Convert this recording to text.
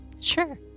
sure